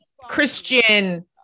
Christian